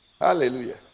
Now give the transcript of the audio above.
Hallelujah